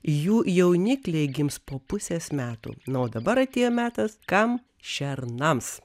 jų jaunikliai gims po pusės metų na o dabar atėjo metas kam šernams